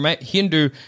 Hindu